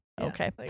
okay